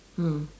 mm